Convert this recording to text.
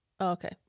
Okay